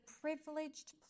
privileged